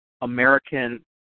American